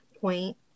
point